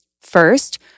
First